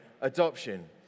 adoption